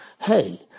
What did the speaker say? Hey